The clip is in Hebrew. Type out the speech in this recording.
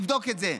תבדוק את זה.